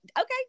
okay